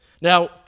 Now